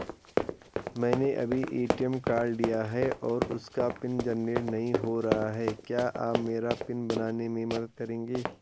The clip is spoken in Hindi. मैंने अभी ए.टी.एम कार्ड लिया है और उसका पिन जेनरेट नहीं हो रहा है क्या आप मेरा पिन बनाने में मदद करेंगे?